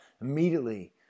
immediately